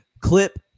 Clip